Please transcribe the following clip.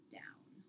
down